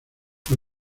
con